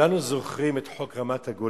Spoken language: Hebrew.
כולנו זוכרים את חוק רמת-הגולן